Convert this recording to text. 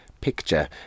picture